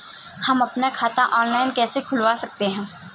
हम अपना खाता ऑनलाइन कैसे खुलवा सकते हैं?